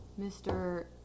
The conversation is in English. Mr